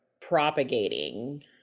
propagating